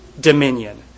dominion